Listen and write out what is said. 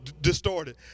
distorted